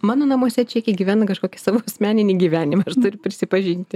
mano namuose čekiai gyvena kažkokį savo asmeninį gyvenimą aš turiu prisipažinti